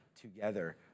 together